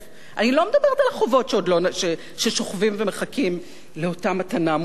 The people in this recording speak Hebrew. אני לא מדברת על החובות ששוכבים ומחכים לאותה מתנה מופלאה,